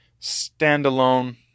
standalone